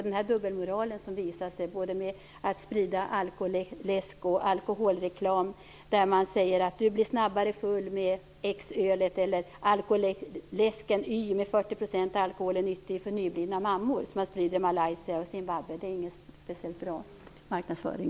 Det är dubbelmoral att sprida alkoläsk och alkoholreklam med budskapen att du blir snabbare full med X-ölet eller att alkoläsken Y med 40 % alkohol är nyttig för nyblivna mammor, som man gör i Malaysia och Zimbabwe. Det är inte en speciellt bra marknadsföring.